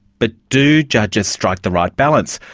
but do judges strike the right balance,